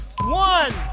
One